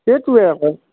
সেইটোৱে আকৌ